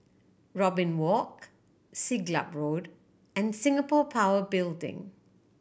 Robin Walk Siglap Road and Singapore Power Building